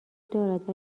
دارد